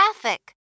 traffic